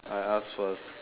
I ask first